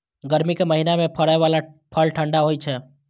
गर्मी के महीना मे फड़ै बला फल ठंढा होइ छै